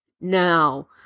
now